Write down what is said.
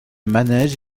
manège